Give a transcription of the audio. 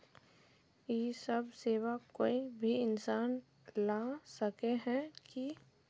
इ सब सेवा कोई भी इंसान ला सके है की?